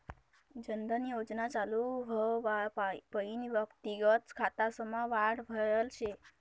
जन धन योजना चालू व्हवापईन व्यक्तिगत खातासमा वाढ व्हयल शे